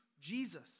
Jesus